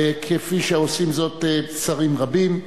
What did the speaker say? כפי שעושים זאת שרים רבים.